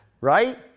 right